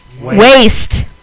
Waste